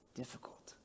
difficult